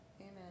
Amen